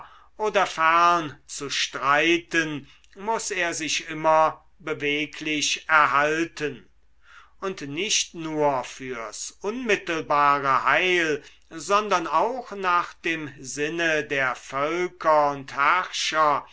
oder fern zu streiten muß er sich immer beweglich erhalten und nicht nur fürs unmittelbare heil sondern auch nach dem sinne der völker und